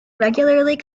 regularly